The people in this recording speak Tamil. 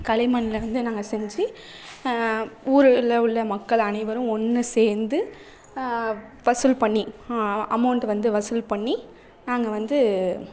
களிமண்ணில் இருந்து நாங்கள் செஞ்சு ஊரில் உள்ள மக்கள் அனைவரும் ஒன்று சேர்ந்து வசூல் பண்ணி அமௌண்ட் வந்து வசூல் பண்ணி நாங்கள் வந்து